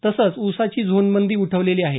तसंच उसाची झोनबंदी उठवलेली आहे